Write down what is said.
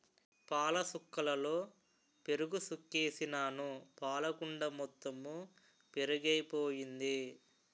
పాలసుక్కలలో పెరుగుసుకేసినాను పాలకుండ మొత్తెము పెరుగైపోయింది